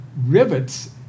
rivets